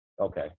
Okay